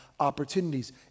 opportunities